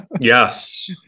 Yes